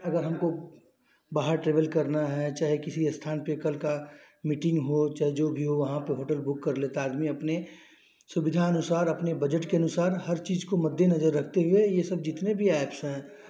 अगर हमको बाहर ट्रैवल करना है चाहे किसी स्थान पर कल की मीटिन्ग हो चाहे जो भी हो वहाँ पर होटल बुक कर लेता है आदमी अपनी सुविधा अनुसार अपने बजट के अनुसार हर चीज़ को मद्देनजर रखते हुए यह सब जितने भी एप्स हैं